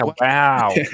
wow